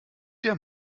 der